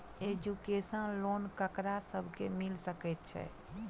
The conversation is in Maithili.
एजुकेशन लोन ककरा सब केँ मिल सकैत छै?